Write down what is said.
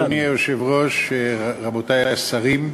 אדוני היושב-ראש, רבותי השרים,